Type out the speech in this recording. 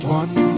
one